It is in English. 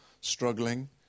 struggling